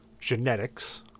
genetics